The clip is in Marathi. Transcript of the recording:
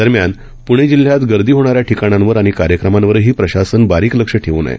दरम्यान पुणे जिल्ह्यात गर्दी होणाऱ्या ठिकाणांवर आणि कार्यक्रमांवरही प्रशासन बारीक लक्ष ठेवून आहे